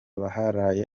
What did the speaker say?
baharaye